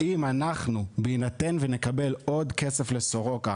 האם אנחנו בהינתן ונקבל עוד כסף לסורוקה